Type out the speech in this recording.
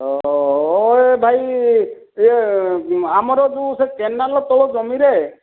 ହ ହ ହ ଇଏ ଭାଇ ଇଏ ଆମର ଯେଉଁ ସେ କେନାଲ ତଳ ଜମିରେ